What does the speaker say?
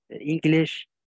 english